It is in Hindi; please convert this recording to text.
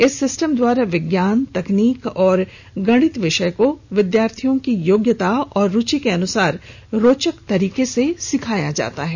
इस सिस्टम के द्वारा विज्ञान तकनीक तथा गणित विषय को विद्यार्थियों की योग्यता एवं रुचि के अनुसार रोचक तरीके से सिखाया जाता है